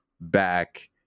back